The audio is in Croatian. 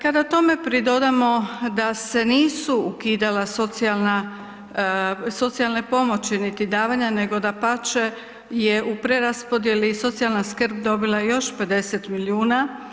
Kada tome pridodamo da se nisu ukidala socijalna, socijalne pomoći, niti davanja, nego dapače je u preraspodjeli socijalna skrb dobila još 50 milijuna.